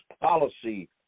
policy